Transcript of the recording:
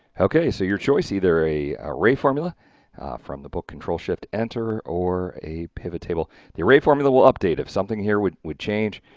okay so, your choice either array formula from the book, control shift enter or a pivot table the array formula will update if something here would would change,